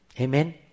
Amen